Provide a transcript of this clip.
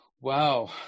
wow